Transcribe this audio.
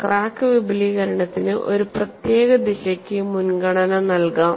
crack വിപുലീകരണത്തിന് ഒരു പ്രത്യേക ദിശയ്ക്കു മുൻഗണന നൽകാം